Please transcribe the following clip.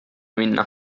minna